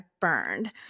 burned